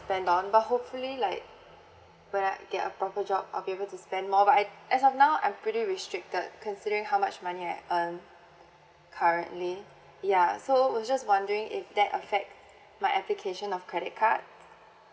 spend on but hopefully like when I get a proper job I will be able to spend more but a~ as of now I am pretty restricted considering how much money I earn currently ya so I was just wondering if that affects my application of credit card